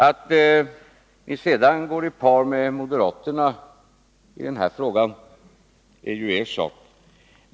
Att ni sedan går i par med moderaterna i denna fråga är ju er sak.